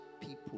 people